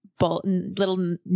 little